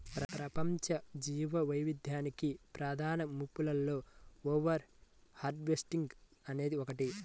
ప్రపంచ జీవవైవిధ్యానికి ప్రధాన ముప్పులలో ఓవర్ హార్వెస్టింగ్ అనేది ఒకటి